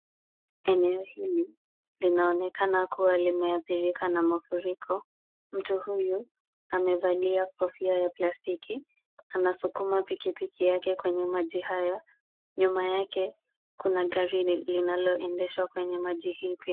Eneo hili, linaonekana kuwa limeathirika na mafuriko. Mtu huyu, amevalia kofia ya plastiki. Anasukuma piki piki yake kwenye maji haya. Nyuma yake kuna gari linaloendeshwa kwenye maji hivi.